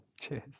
Cheers